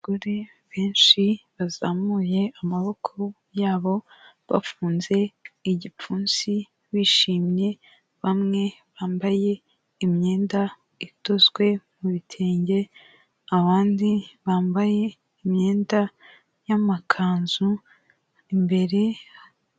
Abagore benshi bazamuye amaboko yabo, bafunze igipfunsi bishimye, bamwe bambaye imyenda idozwe mu bitwenge, abandi bambaye imyenda y'amakanzu imbere.